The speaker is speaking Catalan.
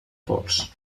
pols